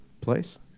place